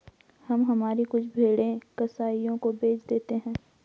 हम हमारी कुछ भेड़ें कसाइयों को बेच देते हैं